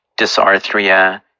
dysarthria